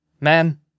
man